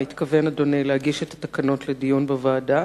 מתכוון להגיש את התקנות לדיון בוועדה?